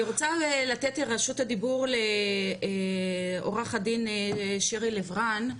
אני רוצה לתת את רשות הדיבור לעורכת דין שירי לב-רן,